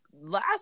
last